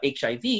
HIV